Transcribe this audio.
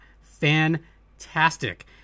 fantastic